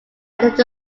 had